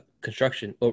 construction